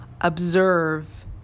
observe